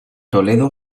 toledo